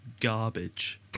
garbage